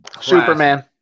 Superman